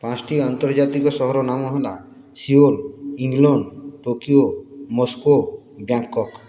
ପାଞ୍ଚ୍ଟି ଆନ୍ତର୍ଜାତିକ ସହରର ନାମ ହେଲା Seoul England Tokyo Moscow Bangkok